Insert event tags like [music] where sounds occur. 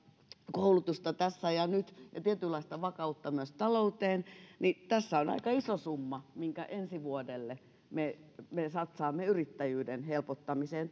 koulutusta tässä ja nyt ja tietynlaista vakautta myös talouteen niin tässä on aika iso summa minkä ensi vuodelle me me satsaamme yrittäjyyden helpottamiseen [unintelligible]